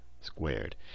squared